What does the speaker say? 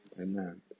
Amen